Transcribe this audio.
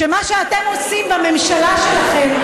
שמה שאתם עושים בממשלה שלכם,